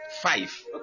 five